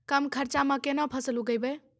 कम खर्चा म केना फसल उगैबै?